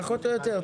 פחות או יותר.